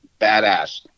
badass